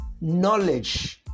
knowledge